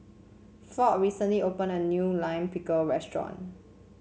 Ford recently opened a new Lime Pickle restaurant